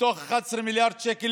שמתוך 11 מיליארד שקל,